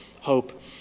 hope